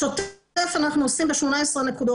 בשוטף אנחנו עושים ב-18 נקודות,